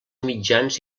mitjans